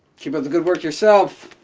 keep up the good work yourself.